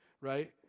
right